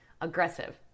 aggressive